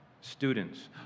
students